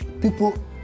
people